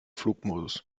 flugmodus